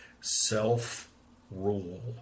self-rule